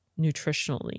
nutritionally